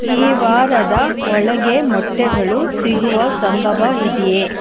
ಈ ವಾರದ ಒಳಗೆ ಮೊಟ್ಟೆಗಳು ಸಿಗುವ ಸಂಭವ ಇದೆಯೇ